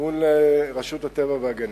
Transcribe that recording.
מול רשות הטבע והגנים.